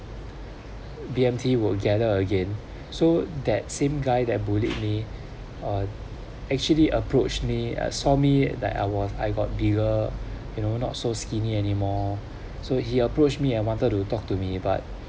B_M_T will gather again so that same guy that bullied me uh actually approach me saw me that I was I got bigger you know not so skinny anymore so he approached me and wanted to talk to me but